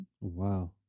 Wow